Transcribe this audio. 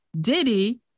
Diddy